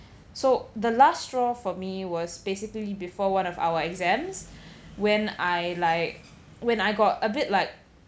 so the last straw for me was basically before one of our exams when I like when I got a bit like